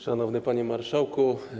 Szanowny Panie Marszałku!